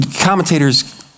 commentator's